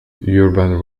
urban